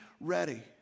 ready